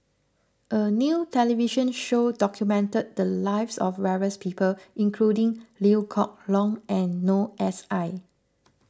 a new television show documented the lives of various people including Liew Geok Leong and Noor S I